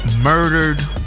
murdered